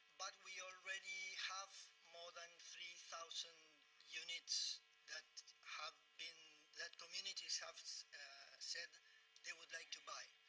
but we already have more than three thousand units that have been that communities have said they would like to buy.